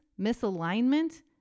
misalignment